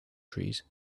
trees